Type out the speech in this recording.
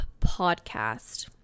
Podcast